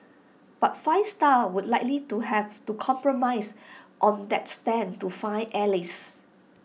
but five star would likely to have to compromise on that stand to find allies